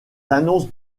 annonces